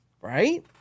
right